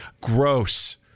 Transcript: gross